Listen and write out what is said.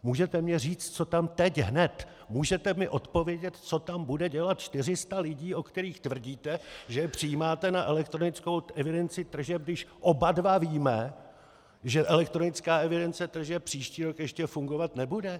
Můžete mi říct, co tam teď hned, můžete mi odpovědět, co tam bude dělat 400 lidí, o kterých tvrdíte, že je přijímáte na elektronickou evidenci tržeb, když oba dva víme, že elektronická evidence tržeb příští rok ještě fungovat nebude!